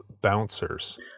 bouncers